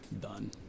done